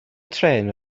trên